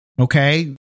Okay